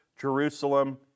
Jerusalem